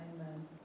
Amen